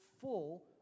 full